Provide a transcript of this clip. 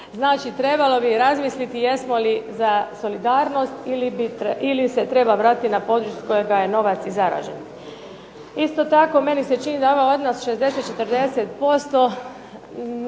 Znači, trebalo bi razmisliti jesmo li za solidarnost ili se treba vratiti na područje s kojega je novac i zarađen. Isto tako, meni se čini da ovaj odnos 60%:40%